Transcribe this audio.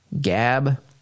Gab